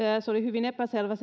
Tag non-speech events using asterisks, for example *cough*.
se vastaus oli hyvin epäselvä *unintelligible*